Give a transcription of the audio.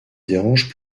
dérange